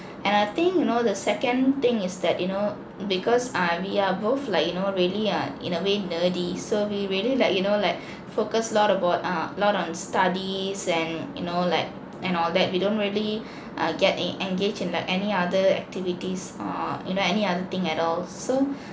and I think you know the second thing is that you know because err we are both like you know really err in a way nerdy so we really like you know like focus a lot about uh a lot on studies and you know like and all that we don't really uh get en~ engaged in like any other activities or you know any other thing at all so